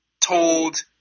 told